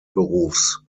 berufs